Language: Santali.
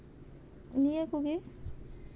ᱱᱤᱭᱟᱹ ᱠᱚᱜᱮ